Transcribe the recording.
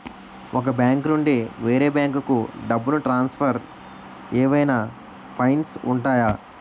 ఒక బ్యాంకు నుండి వేరే బ్యాంకుకు డబ్బును ట్రాన్సఫర్ ఏవైనా ఫైన్స్ ఉంటాయా?